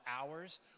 hours